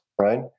right